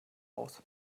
aus